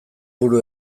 buru